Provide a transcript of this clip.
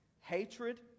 Hatred